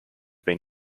been